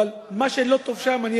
אבל אני אגיד לך מה לא טוב שם.